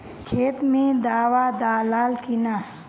खेत मे दावा दालाल कि न?